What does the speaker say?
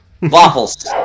Waffles